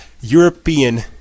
European